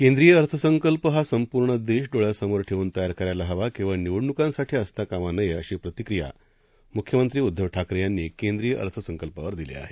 केंद्रीय अर्थसंकल्पहासंपूर्णदेशडोळ्यासमोरठेवूनतयारकरायलाहवा केवळनिवडणुकांसाठीअसताकामानये अशीप्रतिक्रियामुख्यमंत्रीउद्धवठाकरेयांनीकेंद्रीयअर्थसंकल्पावरदिलीआहे